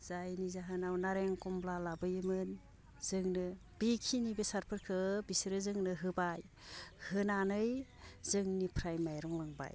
जायनि जाहोनाव नारें कमला लाबोयोमोन जोंनो बेखिनि बेसादफोरखो बिसोरो जोंनो होबाय होनानै जोंनिफ्राय माइरं लांबाय